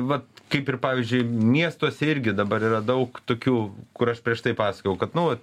va kaip ir pavyzdžiui miestuose irgi dabar yra daug tokių kur aš prieš tai pasakojau kad nu vat